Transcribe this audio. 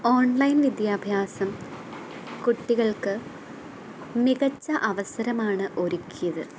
online വിദ്യാഭ്യാസം കുട്ടികൾക്ക് മികച്ച അവസരമാണ് ഒരുക്കിയത്